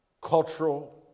cultural